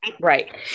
Right